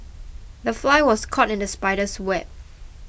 the fly was caught in the spider's web